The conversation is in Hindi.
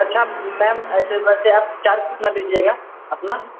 अच्छा मैम ऐसे वैसे आप चार्ज कितना लीजिएगा अपना